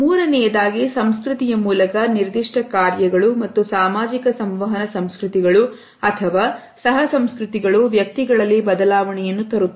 ಮೂರನೆಯದಾಗಿ ಸಂಸ್ಕೃತಿಯ ಮೂಲಕ ನಿರ್ದಿಷ್ಟ ಕಾರ್ಯಗಳು ಮತ್ತು ಸಾಮಾಜಿಕ ಸಂವಹನ ಸಂಸ್ಕೃತಿಗಳು ಅಥವಾ ಸಹ ಸಂಸ್ಕೃತಿಗಳು ವ್ಯಕ್ತಿಗಳಲ್ಲಿ ಬದಲಾವಣೆಯನ್ನು ತರುತ್ತವೆ